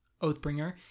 Oathbringer